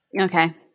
Okay